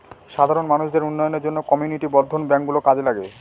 সাধারণ মানুষদের উন্নয়নের জন্য কমিউনিটি বর্ধন ব্যাঙ্ক গুলো কাজে লাগে